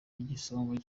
igisonga